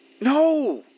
No